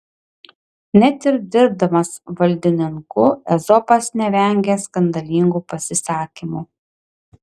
net ir dirbdamas valdininku ezopas nevengia skandalingų pasisakymų